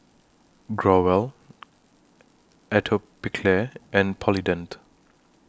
Growell Atopiclair and Polident